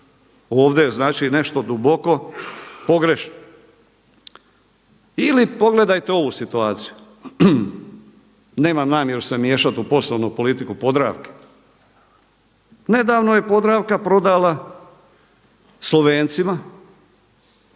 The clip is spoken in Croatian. ovdje je znači nešto duboko pogrešno. Ili pogledajte ovu situaciju. Nemam namjeru se miješati u poslovnu politiku Podravke. Nedavno je Podravka prodala Slovencima